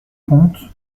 conte